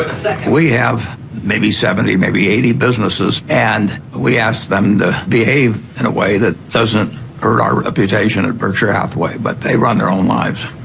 we have maybe seventy maybe eighty businesses and we ask them to behave in a way that doesn't hurt our reputation at berkshire hathaway but they run, their, own lives